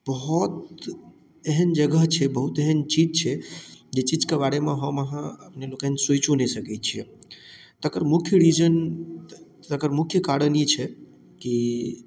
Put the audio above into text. बहुत एहन जगह छै बहुत एहन चीज छै जाहि चीज कऽ बारेमे हम अहाँ अपने लोकनि सोचिओ नहि सकैत छियै तकर मुख्य रीजन तऽ तकर मुख्य कारण ई छै कि